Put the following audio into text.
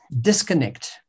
disconnect